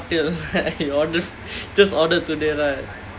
you order just ordered today right